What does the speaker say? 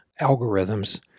algorithms